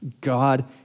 God